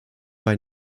bei